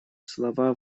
слова